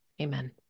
Amen